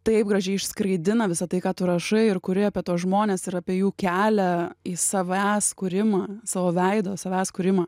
taip gražiai išskraidina visa tai ką tu rašai ir kuri apie tuos žmones ir apie jų kelią į savęs kūrimą savo veido savęs kūrimą